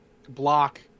block